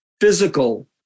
physical